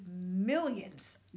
millions